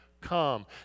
come